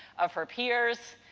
of her peers.